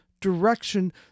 direction